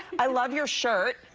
i love your shirt.